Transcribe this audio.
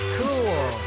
cool